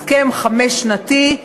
הסכם חמש-שנתי,